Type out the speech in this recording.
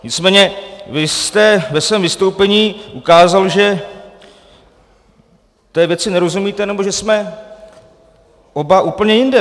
Nicméně vy jste ve svém vystoupení ukázal, že té věci nerozumíte, nebo že jsme oba úplně jinde.